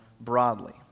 broadly